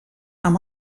amb